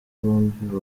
bombi